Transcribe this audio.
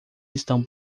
estão